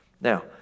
Now